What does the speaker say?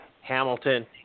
Hamilton